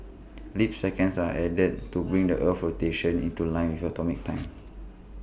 leap seconds are added to bring the Earth's rotation into line with atomic time